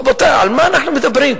רבותי, על מה אנחנו מדברים?